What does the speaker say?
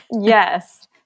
Yes